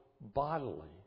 bodily